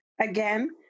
again